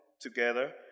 together